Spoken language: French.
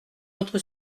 autre